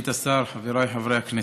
חבריי חברי הכנסת,